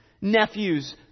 nephews